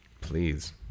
Please